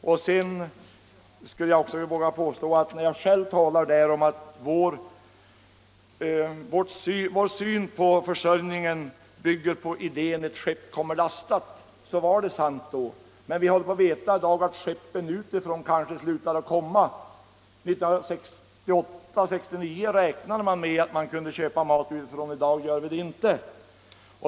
Jag vill också påstå att det jag sade, att vår syn på försörjningen bygger på idén om att ett skepp kommer lastat, var sant då. Men vi har fått veta i dag att skeppen utifrån kanske slutar att komma. 1968-1969 räknade man med att man kunde köpa mat utifrån. I dag gör vi inte det.